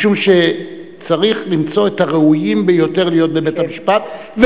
משום שצריך למצוא את הראויים ביותר להיות בבית-המשפט,